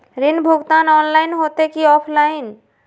ऋण भुगतान ऑनलाइन होते की ऑफलाइन?